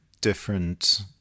different